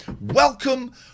welcome